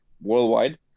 worldwide